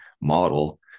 model